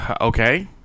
Okay